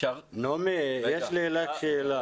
אפשר לשאול שאלה?